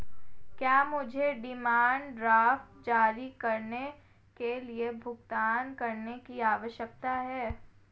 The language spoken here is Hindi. क्या मुझे डिमांड ड्राफ्ट जारी करने के लिए भुगतान करने की आवश्यकता है?